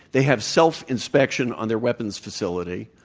they have self-inspection on their weapons facility.